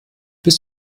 bis